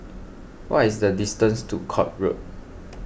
what is the distance to Court Road